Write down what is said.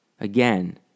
Again